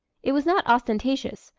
it was not ostentatious,